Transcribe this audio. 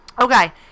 okay